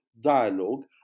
dialogue